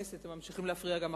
והם ממשיכים להפריע גם עכשיו.